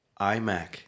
iMac